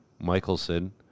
Michelson